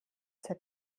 zur